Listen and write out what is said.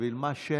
בשביל מה שמית?